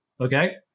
Okay